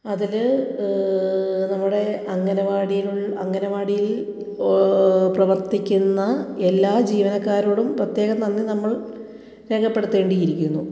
അതിൽ നമ്മുടെ അംഗനവാടിയിൽ അംഗനവാടിയിൽ പ്രവർത്തിക്കുന്ന എല്ലാ ജീവനക്കാരോടും പ്രത്യേകം നന്ദി നമ്മൾ രേഖപ്പെടുത്തേണ്ടിയിരിക്കുന്നു